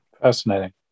Fascinating